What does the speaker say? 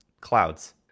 clouds